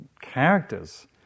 characters